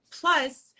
plus